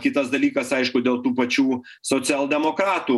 kitas dalykas aišku dėl tų pačių socialdemokratų